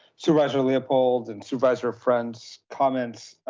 supervisor leopold and supervisor of friends comments.